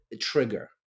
trigger